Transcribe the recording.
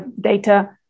data